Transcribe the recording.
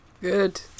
Good